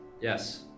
Yes